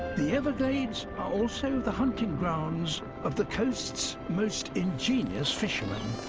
the everglades are also the hunting grounds of the coasts' most ingenious fishermen.